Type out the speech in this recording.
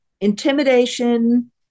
intimidation